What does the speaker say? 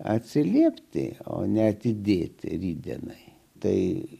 atsiliepti o neatidėti rytdienai tai